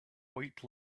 white